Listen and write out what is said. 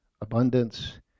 abundance